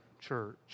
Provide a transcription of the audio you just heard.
church